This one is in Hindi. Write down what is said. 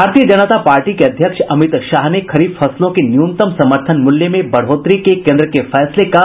भारतीय जनता पार्टी के अध्यक्ष अमित शाह ने खरीफ फसलों के न्यूनतम समर्थन मूल्य में बढोतरी के केन्द्र के फैसले का